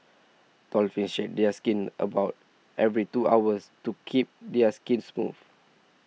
dolphins shed their skin about every two hours to keep their skin smooth